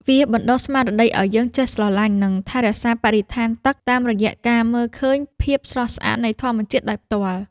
វាបណ្ដុះស្មារតីឱ្យយើងចេះស្រឡាញ់ និងថែរក្សាបរិស្ថានទឹកតាមរយៈការមើលឃើញភាពស្រស់ស្អាតនៃធម្មជាតិដោយផ្ទាល់។